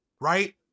right